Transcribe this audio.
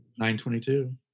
922